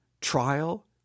trial